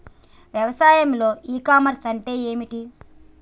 వ్యవసాయంలో e commerce అంటే ఏమిటి?